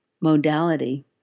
modality